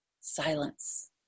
Silence